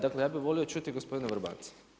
Dakle, ja bi volio čuti gospodina Vrbanca.